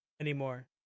anymore